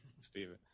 Stephen